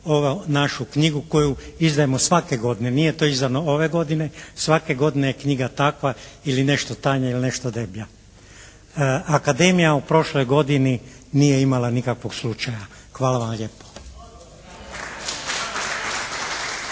ovu našu knjigu koju izdajemo svake godine, nije to izdano ove godine. Svake godine je knjiga takva ili nešto tanja ili nešto deblja. Akademija u prošloj godini nije imala nikakvog slučaja. Hvala vam lijepo.